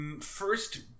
first